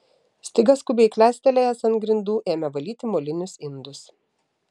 staiga skubiai klestelėjęs ant grindų ėmė valyti molinius indus